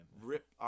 rip